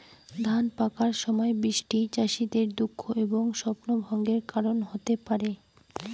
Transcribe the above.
ধান পাকার সময় বৃষ্টি চাষীদের দুঃখ এবং স্বপ্নভঙ্গের কারণ হতে পারে